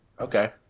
Okay